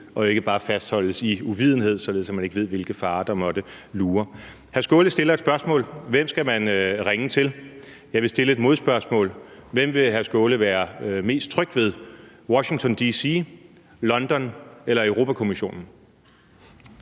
og ikke bare fastholdes i uvidenhed, således at man ikke ved, hvilke farer der måtte lure. Hr. Sjúrður Skaale stiller spørgsmålet: Hvem skal man ringe til? Jeg vil stille et modspørgsmål: Hvem vil hr. Sjúrður Skaale være mest tryg ved – Washington, D.C., London eller Europa-Kommissionen?